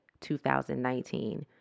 2019